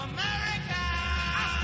America